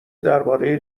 درباره